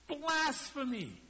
blasphemy